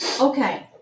Okay